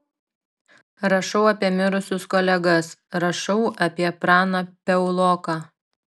rašau apie mirusius kolegas rašau apie praną piauloką